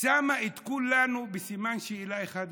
שמים את כולנו בסימן שאלה אחד גדול.